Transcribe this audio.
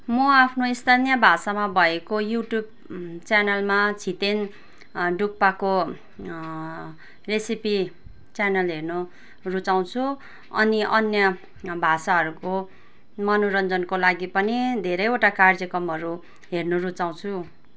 म आफ्नो स्थानीय भाषामा भएको युट्युब च्यानलमा छितेन डुक्पाको रेसिपी च्यानल हेर्न रुचाउँछु अनि अन्य भाषाहरूको मनोरञ्जनको लागि पनि धेरैवटा कार्यक्रमहरू हेर्नु रुचाउँछु